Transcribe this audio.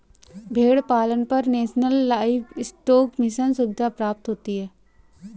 भेड़ पालन पर नेशनल लाइवस्टोक मिशन सुविधा प्राप्त होती है